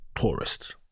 tourists